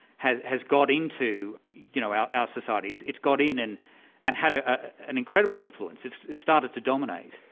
has has got into you know our ah society, it's it's got in and and had ah ah an incredible influence. it's started to dominate.